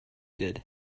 did